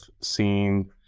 seen